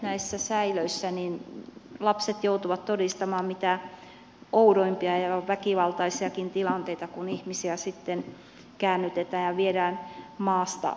näissä säilöissä lapset joutuvat todistamaan mitä oudoimpia ja väkivaltaisiakin tilanteita kun ihmisiä sitten käännytetään ja viedään maasta pois